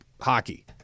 hockey